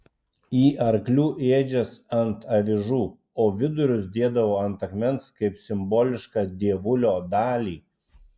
į arklių ėdžias ant avižų o vidurius dėdavo ant akmens kaip simbolišką dievulio dalį